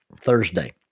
Thursday